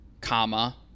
comma